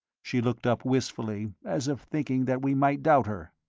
she looked up wistfully, as if thinking that we might doubt her.